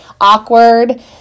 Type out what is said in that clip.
awkward